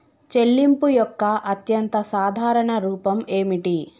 చెల్లింపు యొక్క అత్యంత సాధారణ రూపం ఏమిటి?